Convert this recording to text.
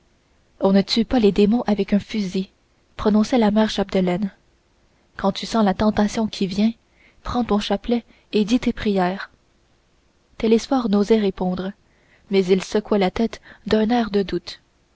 on ne tue pas les démons avec un fusil prononçait la mère chapdelaine quand tu sens la tentation qui vient prends ton chapelet et dis des prières télesphore n'osait répondre mais il secouait la tête d'un air de doute